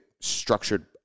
structured